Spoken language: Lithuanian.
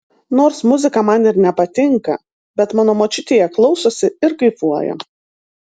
nors muzika man ir nepatinka bet mano močiutė ją klausosi ir kaifuoja